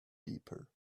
deeper